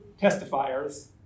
testifiers